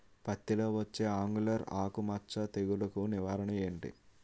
పత్తి లో వచ్చే ఆంగులర్ ఆకు మచ్చ తెగులు కు నివారణ ఎంటి?